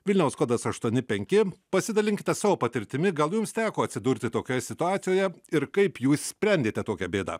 vilniaus kodas aštuoni penkipasidalinkite savo patirtimi gal jums teko atsidurti tokioje situacijoje ir kaip jūs sprendėte tokią bėdą